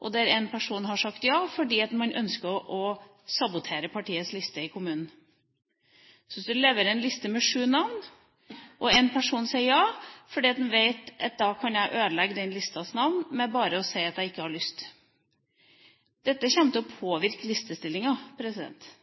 og der en person har sagt ja fordi man ønsker å sabotere partiets liste i kommunen. Man kan levere en liste med sju navn, og en person kan si ja fordi han vet at han kan ødelegge den listas navn med bare å si: Jeg har ikke lyst. Dette kommer til å